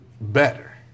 better